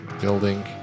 building